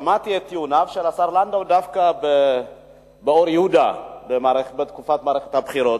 שמעתי דווקא את טיעוניו של השר לנדאו באור-יהודה בתקופת מערכת הבחירות.